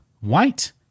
white